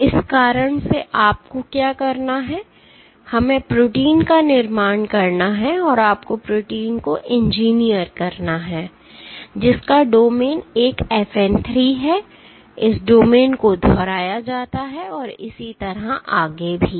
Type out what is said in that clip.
तो इस कारण से आपको क्या करना है हमें प्रोटीन का निर्माण करना है आपको प्रोटीन को इंजीनियर करना है जिसका डोमेन एक FN 3 है इस डोमेन को दोहराया जाता है और इसी तरह आगे भी